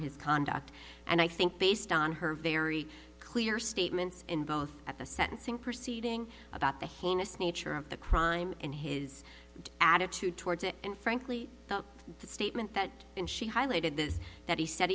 his conduct and i think based on her very clear statements in both at the sentencing proceeding about the heinous nature of the crime and his attitude towards it and frankly the statement that she highlighted this that he said